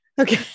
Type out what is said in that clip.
Okay